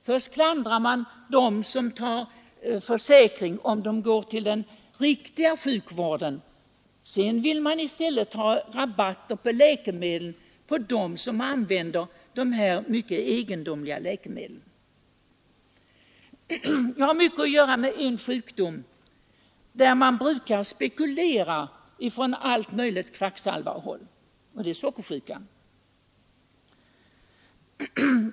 Först klandrar man de försäkrade för att de går till den riktiga sjukvården, sedan vill man i stället ha rabatt på läkemedel för dem som använder dessa mycket egendomliga preparat. Jag har haft mycket att göra med en sjukdom i vilken det spekuleras mycket från alla möjliga kvacksalvarhåll, nämligen sockersjukan.